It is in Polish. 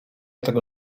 tego